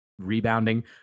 rebounding